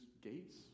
gates